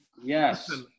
Yes